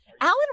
Alan